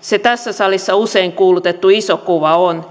se tässä salissa usein kuulutettu iso kuva on